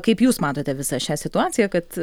kaip jūs matote visą šią situaciją kad